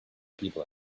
people